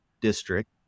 district